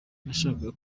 nashakaga